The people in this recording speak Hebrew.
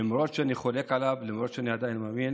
למרות שאני חולק עליו ולמרות שאני עדיין מבין